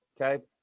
Okay